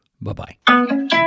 Bye-bye